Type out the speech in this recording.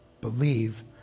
Believe